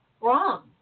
wrong